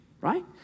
right